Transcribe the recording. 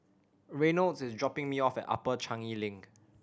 Reynolds is dropping me off at Upper Changi Link